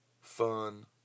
fun